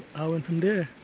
i went from there.